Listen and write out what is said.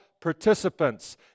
participants